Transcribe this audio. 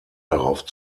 darauf